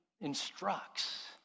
instructs